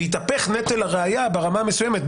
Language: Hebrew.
ויתהפך נטל הראיה ברמה המסוימת,